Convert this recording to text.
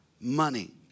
money